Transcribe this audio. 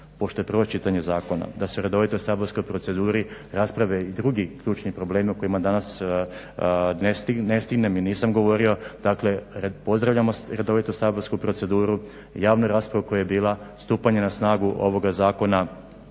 pošto je prvo čitanje zakona da se u redovitoj saborskoj proceduri rasprave i drugi ključni problemi u kojima danas ne stignem i nisam govorio, dakle, pozdravljamo redovito saborsku proceduru, javnu raspravu koja je bila, stupanje na snagu ovoga zakona